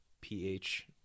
pH